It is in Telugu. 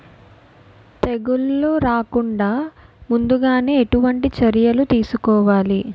తెగుళ్ల రాకుండ ముందుగానే ఎటువంటి చర్యలు తీసుకోవాలి?